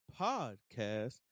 podcast